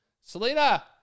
selena